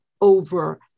over